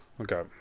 Okay